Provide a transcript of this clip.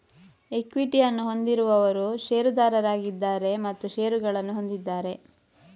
ಈಕ್ವಿಟಿಯನ್ನು ಹೊಂದಿರುವವರು ಷೇರುದಾರರಾಗಿದ್ದಾರೆ ಮತ್ತು ಷೇರುಗಳನ್ನು ಹೊಂದಿದ್ದಾರೆ